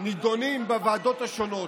נדונות בוועדות השונות.